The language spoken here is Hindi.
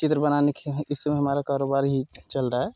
चित्र बना लेते हैं इस समय हमारा कारोबार ही चल रहा है